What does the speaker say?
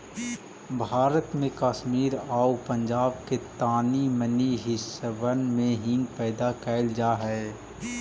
भारत में कश्मीर आउ पंजाब के तानी मनी हिस्सबन में हींग पैदा कयल जा हई